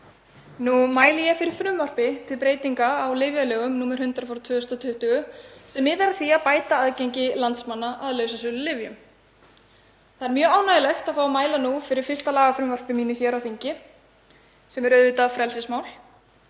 Ég mæli fyrir frumvarpi til breytinga á lyfjalögum, nr. 100/2020, sem miðar að því að bæta aðgengi landsmanna að lausasölulyfjum. Það er mjög ánægjulegt að fá að mæla nú fyrir fyrsta lagafrumvarpi mínu hér á þingi sem er auðvitað frelsismál.